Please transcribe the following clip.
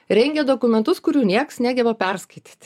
rengia dokumentus kurių niekas negeba perskaityt